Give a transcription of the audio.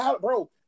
Bro